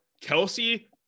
Kelsey